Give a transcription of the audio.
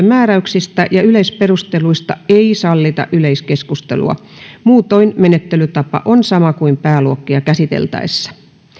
määräyksistä ja yleisperusteluista ei sallita yleiskeskustelua muutoin menettelytapa on sama kuin pääluokkia käsiteltäessä